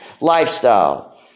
lifestyle